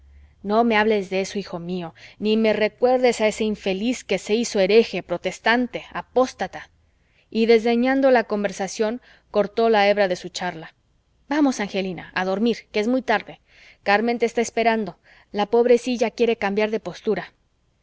no me hables de eso hijo mío ni me recuerdes a ese infeliz que se hizo hereje protestante apóstata y desdeñando la conversación cortó la hebra de su charla vamos angelina a dormir que es muy tarde carmen te está esperando la pobrecilla quiere cambiar de postura